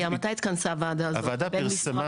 מתי התכנסה הוועדה הזאת הבין-משרדית?